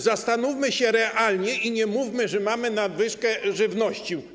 Zastanówmy się więc realnie i nie mówmy, że mamy nadwyżkę żywności.